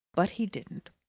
but he didn't.